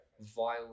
vile